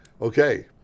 Okay